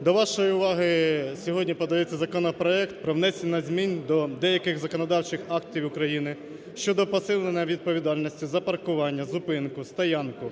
До вашої уваги сьогодні подається законопроект про внесення змін до деяких законодавчих актів України щодо посилення відповідальності за паркування, зупинку, стоянку